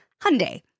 Hyundai